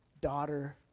daughter